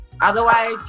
Otherwise